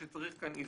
שצריך כאן איזון.